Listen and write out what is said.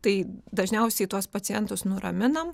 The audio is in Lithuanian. tai dažniausiai tuos pacientus nuraminam